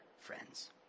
Friends